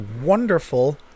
wonderful